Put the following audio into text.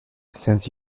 since